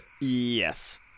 Yes